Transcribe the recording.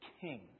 king